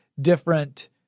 different